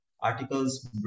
articles